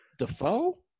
Defoe